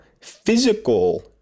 physical